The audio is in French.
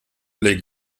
les